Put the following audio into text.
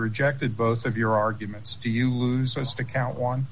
rejected both of your arguments do you lose votes to count one